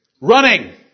Running